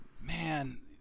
Man